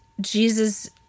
Jesus